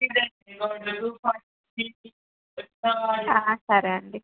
సరే అండి